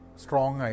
strong